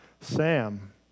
Sam